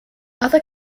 other